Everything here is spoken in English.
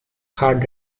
hard